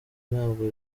ntabwo